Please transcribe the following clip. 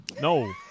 No